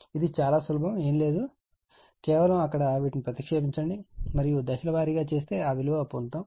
ఇది చాలా సులభం ఏమీ లేదు కేవలం అక్కడ వీటిని ప్రతిక్షేపించండి మరియు దశలవారీగా చేస్తే ఆ విలువ పొందుతాము